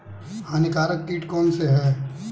हानिकारक कीट कौन कौन से हैं?